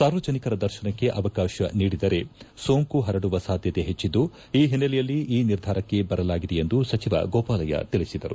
ಸಾರ್ವಜನಿಕರ ದರ್ಶನಕ್ಕೆ ಅವಕಾಶ ನೀಡಿದರೆ ಸೋಂಕು ಹರಡುವ ಸಾಧ್ಯತೆ ಹೆಚ್ಚಿದ್ದು ಈ ಹಿನ್ನೆಲೆಯಲ್ಲಿ ಈ ನಿರ್ಧಾರಕ್ಕೆ ಬರಲಾಗಿದೆ ಎಂದು ಸಚವ ಗೋಪಾಲಯ್ತ ತಿಳಿಸಿದರು